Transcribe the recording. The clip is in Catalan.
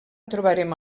trobarem